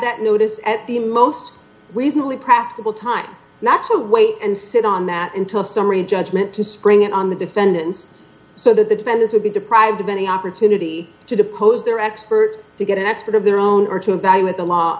that notice at the most reasonably practical time not to wait and sit on that until summary judgment to spring it on the defendants so that the defendants would be deprived of any opportunity to depose their expert to get an expert of their own or to bag with the law